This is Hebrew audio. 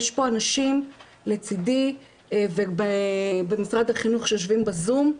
יש פה אנשים לצידי, ובמשרד החינוך שיושבים בזום,